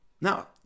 now